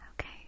Okay